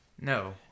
no